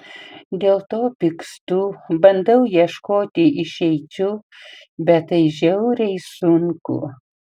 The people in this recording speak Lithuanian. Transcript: dėl to pykstu bandau ieškoti išeičių bet tai žiauriai sunku